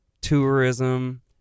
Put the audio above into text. tourism